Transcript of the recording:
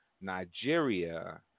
Nigeria